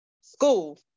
school